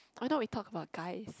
why don't we talk about guys